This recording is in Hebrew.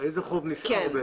איזה חוב נשאר.